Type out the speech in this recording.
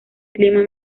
clima